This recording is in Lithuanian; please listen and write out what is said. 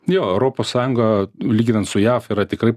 jo europos sąjunga lyginant su jav yra tikrai